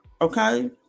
okay